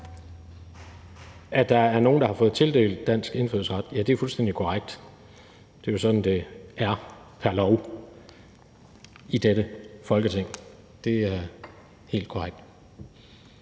At der er nogle, der har fået tildelt dansk indfødsret, er fuldstændig korrekt – ja. Det er sådan, det er ved lov i dette Folketing. Det er helt korrekt.